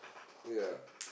ya